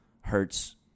hurts